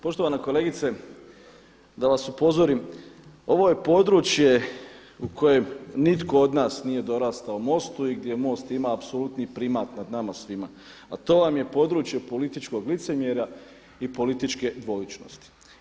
Poštovana kolegice da vas upozorim ovo je područje u kojem nitko od nas nije dorastao MOST-u i gdje MOST ima apsolutni primat nad nama svima, a to je područje političkog licemjerja i političke dvoličnosti.